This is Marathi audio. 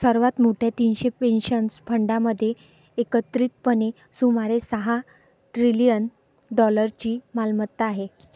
सर्वात मोठ्या तीनशे पेन्शन फंडांमध्ये एकत्रितपणे सुमारे सहा ट्रिलियन डॉलर्सची मालमत्ता आहे